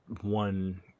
one